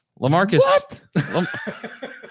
LaMarcus